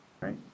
right